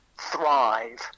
thrive